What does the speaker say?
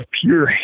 pure